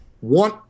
One